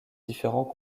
différentes